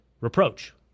reproach